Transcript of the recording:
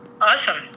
Awesome